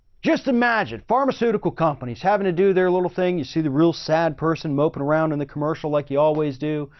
just a magic pharmaceutical companies having to do their little thing. you see the real sad person moping around and the commercial like you always do,